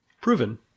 proven